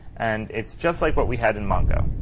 and it's just like what we had in mongo,